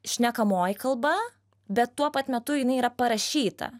šnekamoji kalba bet tuo pat metu jinai yra parašyta